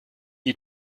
you